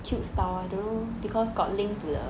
cute style [one] don't know because got link to the